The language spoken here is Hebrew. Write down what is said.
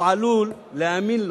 הוא עלול להאמין בו,